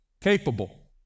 capable